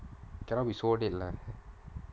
cannot be so late lah